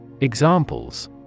Examples